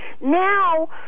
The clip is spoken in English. Now